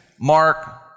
Mark